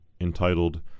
entitled